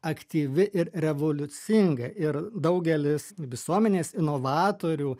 aktyvi ir revoliucinga ir daugelis visuomenės inovatorių